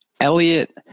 Elliot